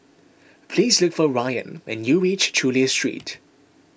please look for Rayan when you reach Chulia Street